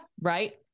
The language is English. Right